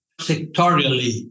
sectorially